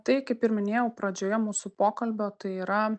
tai kaip ir minėjau pradžioje mūsų pokalbio tai yra